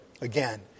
again